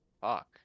Fuck